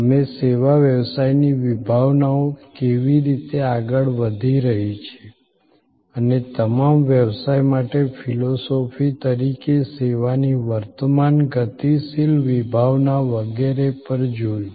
અમે સેવા વ્યવસાયની વિભાવનાઓ કેવી રીતે આગળ વધી રહી છે અને તમામ વ્યવસાય માટે ફિલસૂફી તરીકે સેવાની વર્તમાન ગતિશીલ વિભાવના વગેરે પર જોયું